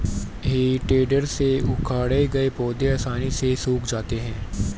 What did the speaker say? हेइ टेडर से उखाड़े गए पौधे आसानी से सूख जाते हैं